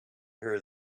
her